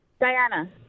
Diana